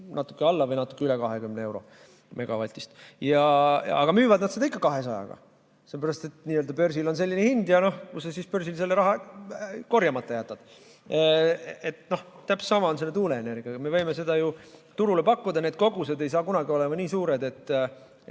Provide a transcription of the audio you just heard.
natuke alla või natuke üle 20 euro megavatist, aga müüvad nad seda ikka 200-ga. Sellepärast, et börsil on selline hind ja kus sa siis börsil selle raha korjamata jätad. Täpselt sama on selle tuuleenergiaga. Me võime seda ju turule pakkuda, need kogused ei saa kunagi olema nii suured, et